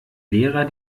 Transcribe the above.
lehrer